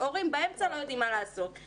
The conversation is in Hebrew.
וההורים באמצע לא יודעים מה לעשות.